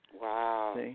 Wow